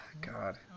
god